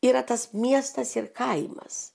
yra tas miestas ir kaimas